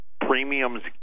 premiums